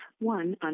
one